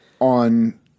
on